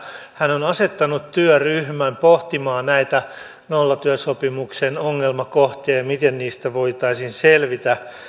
hän on asettanut työryhmän pohtimaan nollatyösopimuksen ongelmakohtia ja sitä miten niistä voitaisiin selvitä